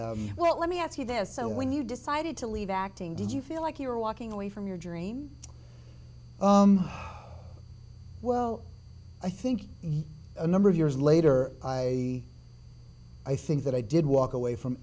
well let me ask you this so when you decided to leave acting did you feel like you were walking away from your dream well i think you are a number of years later i i think that i did walk away from